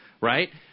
right